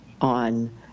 on